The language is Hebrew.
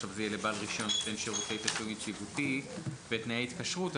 עכשיו זה יהיה לבעל רישיון נותן שירותי תשלום יציבותי בתנאי התקשרות.